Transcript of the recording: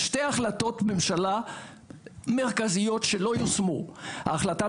יש שתי החלטות ממשלה מרכזיות שלא יושמו: ההחלטה